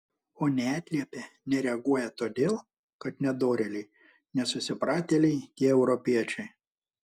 o neatliepia nereaguoja todėl kad nedorėliai nesusipratėliai tie europiečiai